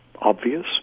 obvious